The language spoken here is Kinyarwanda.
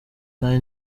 kandi